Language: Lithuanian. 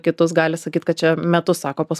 kitas gali sakyt kad čia metu sako pas